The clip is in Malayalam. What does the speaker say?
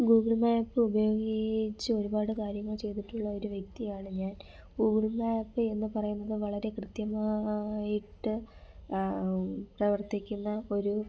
ഗൂഗിൾ മാപ്പുപയോഗിച്ച് ഒരുപാട് കാര്യങ്ങൾ ചെയ്തിട്ടുള്ള ഒരു വ്യക്തിയാണ് ഞാൻ ഗൂഗിൾ മാപ് എന്ന് പറയുന്നത് വളരേ കൃത്യമായിട്ട് പ്രവർത്തിക്കുന്ന ഒരു